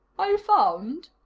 i found,